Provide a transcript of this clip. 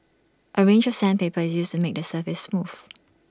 A range of sandpaper is used to made the surface smooth